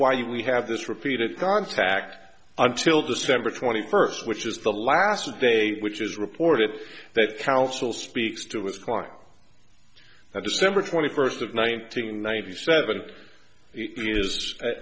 why we have this repeated contact until december twenty first which is the last day which is reported that counsel speaks to his client that december twenty first of nineteen ninety